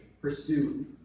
pursue